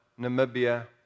Namibia